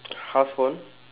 house phone